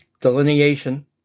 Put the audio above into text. delineation